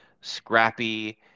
Scrappy